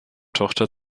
tochter